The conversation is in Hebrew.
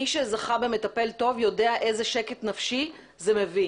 מי שזכה במטפל טוב יודע איזה שקט נפשי זה מביא,